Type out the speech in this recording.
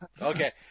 Okay